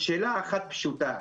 שאלה אחת פשוטה,